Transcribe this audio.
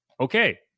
okay